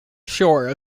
shore